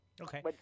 Okay